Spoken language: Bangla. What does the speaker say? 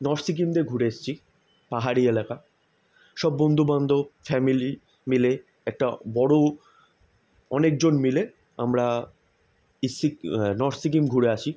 নর্থ সিকিম দিয়ে ঘুরে এসেছি পাহাড়ি এলাকা সব বন্ধুবান্ধব ফ্যামিলি মিলে একটা বড় অনেকজন মিলে আমরা নর্থ সিকিম ঘুরে আসি